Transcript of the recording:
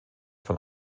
von